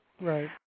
Right